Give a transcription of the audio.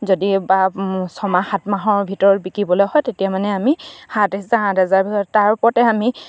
যদি বা ছমাহ সাত মাহৰ ভিতৰত বিকিবলৈ হয় তেতিয়া মানে আমি সাত হজাৰ ভিতৰত তাৰ ওপৰতে আমি